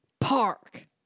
park